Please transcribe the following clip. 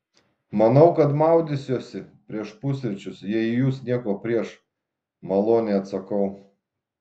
manau kad maudysiuosi prieš pusryčius jei jūs nieko prieš maloniai atsakau